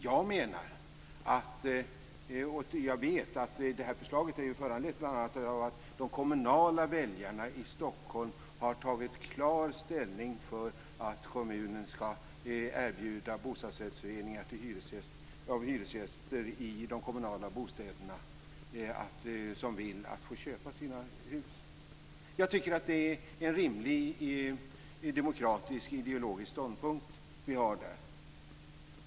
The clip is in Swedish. Jag vet att det här förslaget är föranlett bl.a. av att de kommunala väljarna i Stockholm har tagit klar ställning för att kommunen skall erbjuda de hyresgäster i de kommunala bostäderna som vill att köpa dem. Jag tycker att det är en rimlig demokratisk ideologisk ståndpunkt.